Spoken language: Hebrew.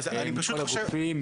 מכל הגופים,